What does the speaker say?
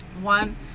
One